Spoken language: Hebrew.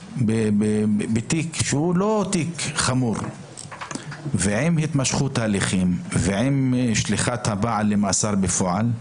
בתיק שהוא לא תיק חמור ועם התמשכות ההליכים ועם שליחת הבעל למאסר בפועל,